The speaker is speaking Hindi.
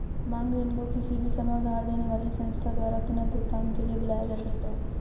मांग ऋण को किसी भी समय उधार देने वाली संस्था द्वारा पुनर्भुगतान के लिए बुलाया जा सकता है